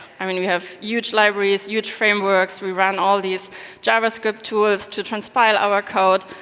i mean we have huge libraries, huge frameworks, we run all these javascript tools to transpile our code.